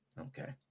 Okay